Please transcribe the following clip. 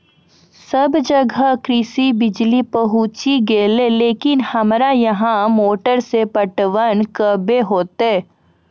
सबे जगह कृषि बिज़ली पहुंची गेलै लेकिन हमरा यहाँ मोटर से पटवन कबे होतय?